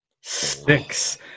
Six